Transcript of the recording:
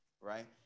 right